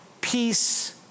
peace